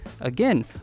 again